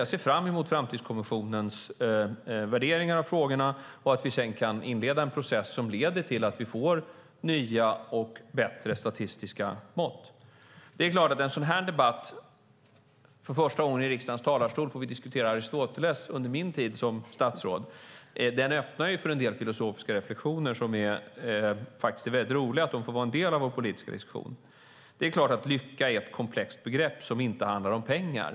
Jag ser fram emot Framtidskommissionens värdering av frågorna och att vi sedan kan inleda en process som leder till att vi får nya och bättre statistiska mått. För första gången under min tid som statsråd får vi diskutera Aristoteles från riksdagens talarstol. Denna diskussion öppnar för en del filosofiska reflexioner, och det är roligt att de får vara en del av vår politiska diskussion. Det är klart att lycka är ett komplext begrepp som inte handlar om bara pengar.